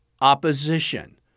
opposition